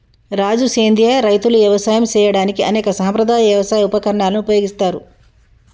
రాజు సెంద్రియ రైతులు యవసాయం సేయడానికి అనేక సాంప్రదాయ యవసాయ ఉపకరణాలను ఉపయోగిస్తారు